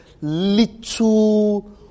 little